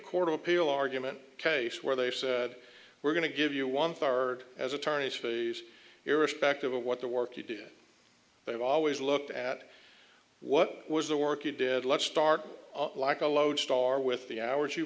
of appeal argument case where they said we're going to give you one third as attorneys phase irrespective of what the work you did they've always looked at what was the work you did let's start like a lodestar with the hours you